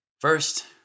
First